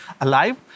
alive